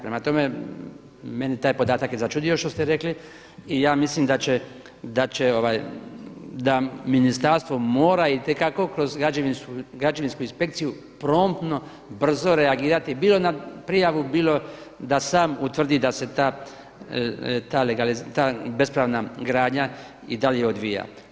Prema tome, meni taj podatak je začudio što ste rekli i ja mislim da će, da ministarstvo mora itekako kroz građevinsku inspekciju promptno brzo reagirati bilo na prijavu, bilo da sam utvrdi da se ta legalizacija, ta bespravna gradnja i dalje odvija.